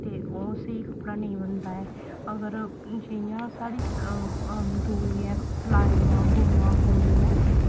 ते ओह् स्हेई कपड़ा नेईं बनदा ऐ अगर जियां साढ़ी दूइयां सलाइयां बुनना वूल ऐ